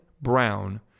Brown